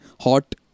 Hot